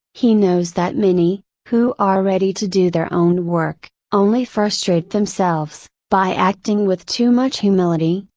he knows that many, who are ready to do their own work, only frustrate themselves, by acting with too much humility,